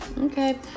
Okay